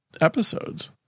episodes